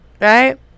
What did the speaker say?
right